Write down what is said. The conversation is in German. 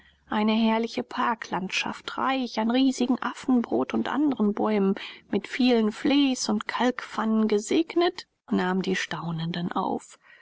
eine herrliche parklandschaft reich an riesigen affenbrot und andren bäumen mit vielen vleys und kalkpfannen gesegnet nahm die staunenden auf